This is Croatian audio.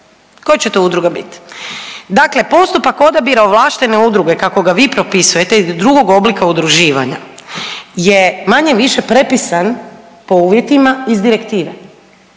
Koja će to udruga bit? Dakle, postupak odabira ovlaštene udruge kako ga vi propisujete i drugog oblika udruživanja je manje-više prepisan po uvjetima iz direktive.